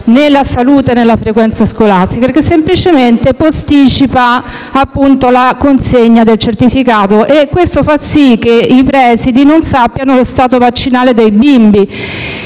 né la salute né la frequenza scolastica, ma semplicemente posticipa la consegna del certificato e ciò fa sì che i presidi non conoscano lo stato vaccinale dei bimbi.